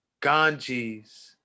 Ganges